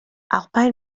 alpine